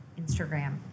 Instagram